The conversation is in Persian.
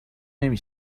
نمی